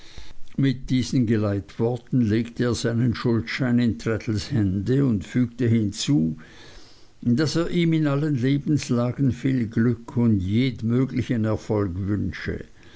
mit diesen geleitworten legte er seinen schuldschein in traddles hände und fügte hinzu daß er ihm in allen lebenslagen viel glück und jedmöglichen erfolg wünsche